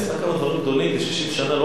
היא עשתה כמה דברים גדולים ב-60 שנה.